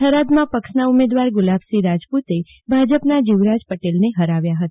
થરાદમાં પક્ષના ઉમેદવાર ગુલાબસિંહ રાજપૂતે ભાજપના જીવરાજ પટેલને ફરાવ્યા હતા